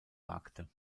wagte